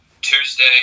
Tuesday